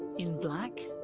in black?